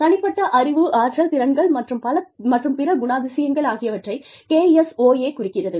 தனிப்பட்ட அறிவு ஆற்றல் திறன்கள் மற்றும் பிற குணாதிசயங்கள் ஆகியவற்றை KSOA குறிக்கிறது